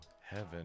heaven